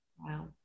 Wow